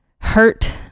hurt